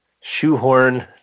shoehorn